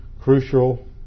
crucial